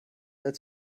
als